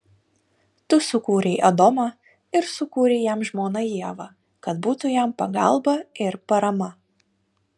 tu sukūrei adomą ir sukūrei jam žmoną ievą kad būtų jam pagalba ir parama